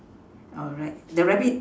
alright the rabbit